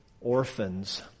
orphans